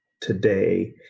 today